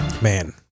Man